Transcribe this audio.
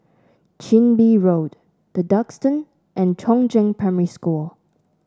Chin Bee Road The Duxton and Chongzheng Primary School